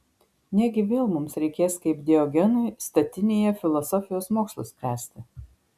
negi vėl mums reikės kaip diogenui statinėje filosofijos mokslus spręsti